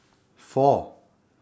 four